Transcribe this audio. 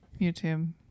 YouTube